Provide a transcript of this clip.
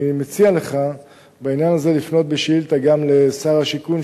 אני מציע לך בעניין הזה לפנות בשאילתא גם אל שר השיכון,